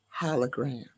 hologram